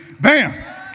Bam